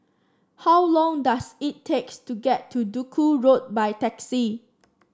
how long does it takes to get to Duku Road by taxi